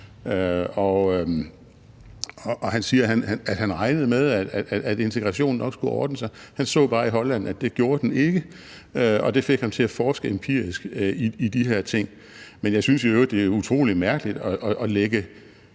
han siger, at han regnede med, at integrationen nok skulle ordne sig, men han så bare i Holland, at det gjorde den ikke, og det fik ham til at forske empirisk i de her ting. Men jeg synes i øvrigt, det er utrolig mærkeligt at se